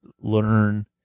learn